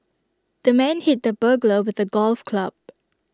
the man hit the burglar with A golf club